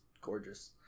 gorgeous